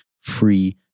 free